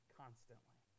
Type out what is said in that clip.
constantly